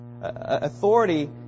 Authority